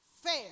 fair